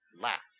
last